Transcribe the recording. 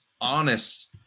honest